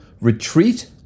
retreat